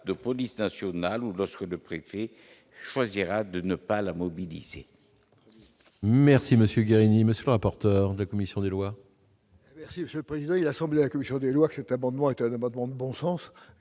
de police nationale ou lorsque le préfet choisira de ne pas la mobilisés.